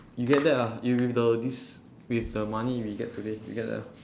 you get that lah you with the disc~ with the money we get today you get that lah